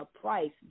price